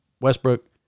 Westbrook